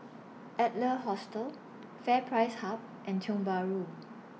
Adler Hostel FairPrice Hub and Tiong Bahru